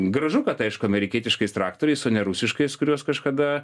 gražu kad aišku amerikietiškais traktoriais o ne rusiškais kuriuos kažkada